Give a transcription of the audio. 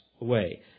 away